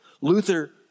Luther